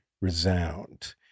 resound